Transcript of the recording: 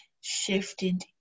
shifted